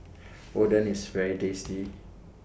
Oden IS very tasty